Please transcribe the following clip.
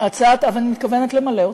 אבל אני מתכוונת למלא אותו.